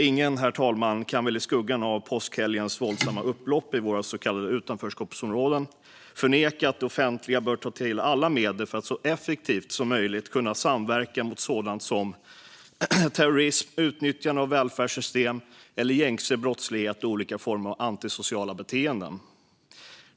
Ingen, herr talman, kan väl i skuggan av påskhelgens våldsamma upplopp i våra så kallade utanförskapsområden förneka att det offentliga bör ta till alla medel för att så effektivt som möjligt kunna samverka mot sådant som terrorism, utnyttjande av välfärdssystem, gängbrottslighet och olika former av antisociala beteenden.